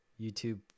YouTube